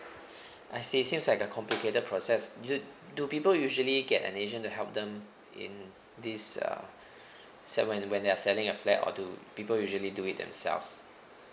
I see seems like a complicated process do do people usually get an agent to help them in this uh say when when they are selling a flat or do people usually do it themselves